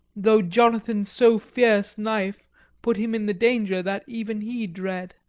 though jonathan's so fierce knife put him in the danger that even he dread.